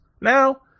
now